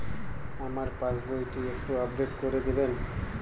আমার পাসবই টি একটু আপডেট করে দেবেন?